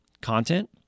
content